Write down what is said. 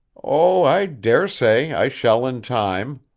oh, i dare say i shall in time.